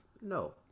No